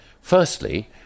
firstly